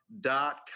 dot